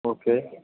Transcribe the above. okay